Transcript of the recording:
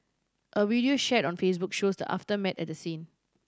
a video shared on Facebook shows the aftermath at the scene